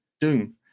Doom